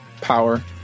power